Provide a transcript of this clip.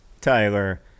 Tyler